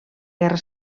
guerra